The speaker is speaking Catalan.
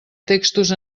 textos